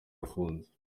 ufunze